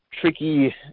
tricky